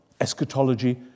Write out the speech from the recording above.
Eschatology